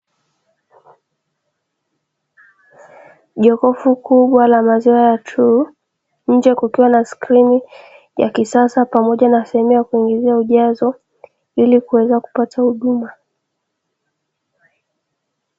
Jokofu kubwa la maziwa ya “TRUE” , nje kukiwa na skrini ya kisasa pamoja na sehemu ya kuingizia ujazo ili kuweza kupata huduma.